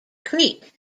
crete